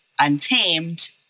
Untamed